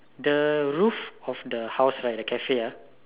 the roof of the house right the cafe ah